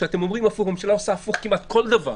כשאתם אומרים משהו והממשלה עושה הפוך כמעט בכל דבר,